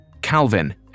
Calvin